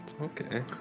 Okay